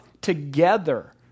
together